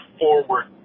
forward